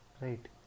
right